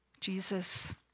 Jesus